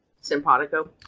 Simpatico